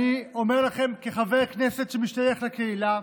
אני אומר לכם כחבר כנסת שמשתייך לקהילה,